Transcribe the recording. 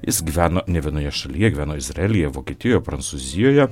jis gyveno ne vienoje šalyje gyveno izraelyje vokietijoje prancūzijoje